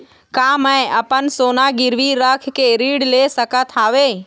का मैं अपन सोना गिरवी रख के ऋण ले सकत हावे?